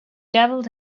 dabbled